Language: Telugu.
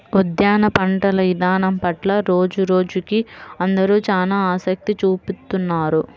ఉద్యాన పంటల ఇదానం పట్ల రోజురోజుకీ అందరూ చానా ఆసక్తి చూపిత్తున్నారు